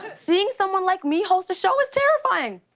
seeing someone like me host a show is terrifying.